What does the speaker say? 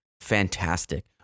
fantastic